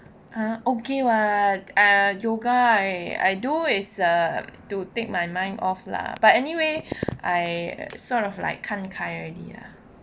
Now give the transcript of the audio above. !huh! okay what ah yoga I do is um to take my mind off lah but anyway I sort of like 看开 already